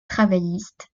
travailliste